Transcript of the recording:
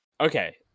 Okay